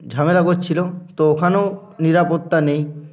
ঝামেলা করছিলো তো ওখানেও নিরাপত্তা নেই